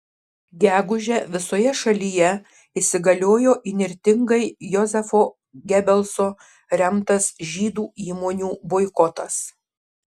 gegužę visoje šalyje įsigaliojo įnirtingai jozefo gebelso remtas žydų įmonių boikotas